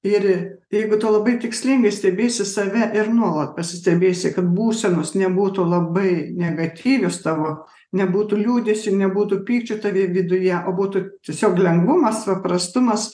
ir jeigu tu labai tikslingai stebėsi save ir nuolat pasistebėsi kad būsenos nebūtų labai negatyvios tavo nebūtų liūdesio nebūtų pykčių tavo viduje o būtų tiesiog lengvumas paprastumas